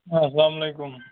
آ اسلامُ علیکم